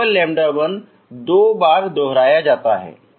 इसलिए केवल λ1 दो बार दोहराया जाता है